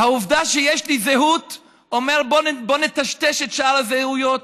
העובדה שיש לי זהות אומרת: בואו נטשטש את שאר הזהויות,